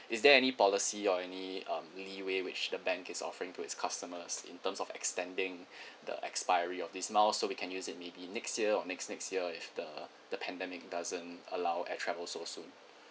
is there any policy or any um leeway which the bank is offering to its customers in terms of extending the expiry of these miles so we can use it maybe next year or next next year if the the pandemic doesn't allow uh travel so soon